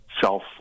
self